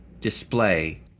display